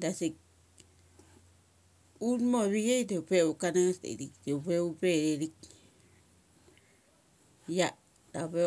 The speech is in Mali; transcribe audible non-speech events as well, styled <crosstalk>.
Da sik <noise> unmor ava chi da upe va ka nangngs ithik upe thethik. Ia da pe.